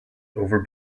over